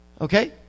Okay